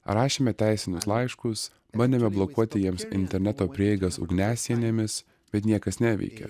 rašėme teisinius laiškus bandėme blokuoti jiems interneto prieigas ugniasienėmis bet niekas neveikė